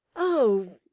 oh!